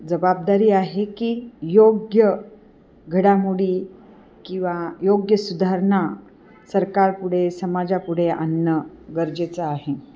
जबाबदारी आहे की योग्य घडामोडी किंवा योग्य सुधारणा सरकारपुढे समाजापुढे आणणं गरजेचं आहे